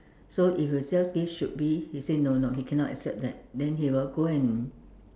so if you just give should be he say no no he cannot accept that then he will go and